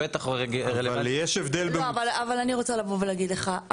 אני רוצה לבוא ולהגיד לך,